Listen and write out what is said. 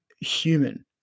human